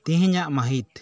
ᱛᱮᱦᱮᱧᱟᱜ ᱢᱟᱹᱦᱤᱛ